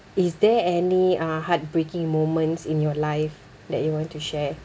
is there any uh heartbreaking moments in your life that you want to share